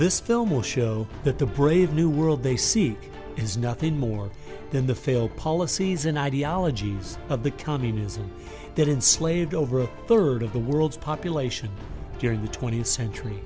this film will show that the brave new world they seek is nothing more than the failed policies and ideologies of the communism that in slate over a third of the world's population during the twentieth century